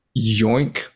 yoink